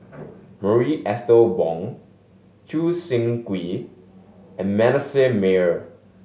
Marie Ethel Bong Choo Seng Quee and Manasseh Meyer